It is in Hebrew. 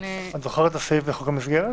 את זוכרת את הסעיף בחוק המסגרת?